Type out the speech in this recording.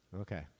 Okay